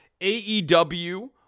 AEW